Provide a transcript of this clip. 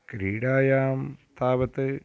क्रीडायां तावत्